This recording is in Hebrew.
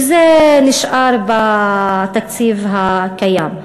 וזה נשאר בתקציב הקיים.